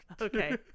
Okay